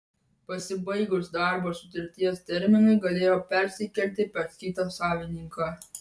pasibaigus darbo sutarties terminui galėjo persikelti pas kitą savininką